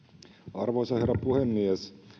arvoisa herra puhemies